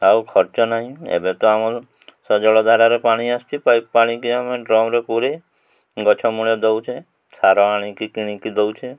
ଆଉ ଖର୍ଚ୍ଚ ନାହିଁ ଏବେ ତ ଆମର ସଜଳଧାରାରେ ପାଣି ଆସିଛି ପାଇପ୍ ପାଣିକି ଆମେ ଡ୍ରମରେ ପୁରାଇ ଗଛମୂଳେ ଦଉଛେ ସାର ଆଣିକି କିଣିକି ଦଉଛେ